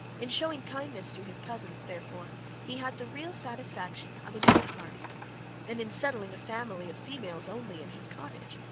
in showing kindness to his cousins therefore he had the real satisfaction of a good heart and in settling a family of females only in his cottage,